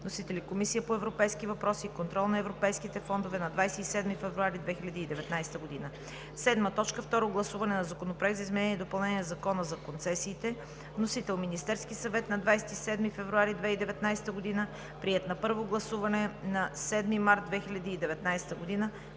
Вносител: Комисията по европейските въпроси и контрол на европейските фондове, 27 февруари 2019 г. 7. Второ гласуване на Законопроекта за изменение и допълнение на Закона за концесиите. Вносител: Министерският съвет, 27 февруари 2019 г. Приет на първо гласуване на 7 март 2019 г.